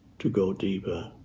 to go deeper.